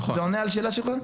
זה עונה על השאלה שלך?